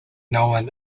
known